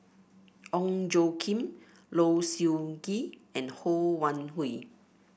Ong Tjoe Kim Low Siew Nghee and Ho Wan Hui